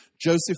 Joseph